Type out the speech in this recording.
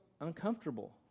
uncomfortable